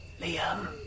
Liam